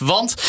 Want